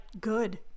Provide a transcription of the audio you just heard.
good